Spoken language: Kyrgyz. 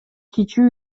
кичүү